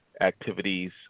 activities